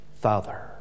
Father